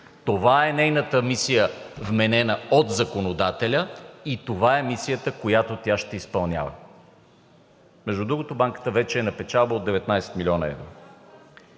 Това е нейната мисия, вменена от законодателя, и това е мисията, която тя ще изпълнява. Между другото, банката вече е на печалба от 19 млн. евро